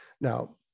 Now